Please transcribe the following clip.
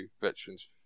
Veterans